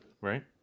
right